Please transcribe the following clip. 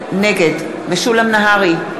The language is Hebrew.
נגד משולם נהרי,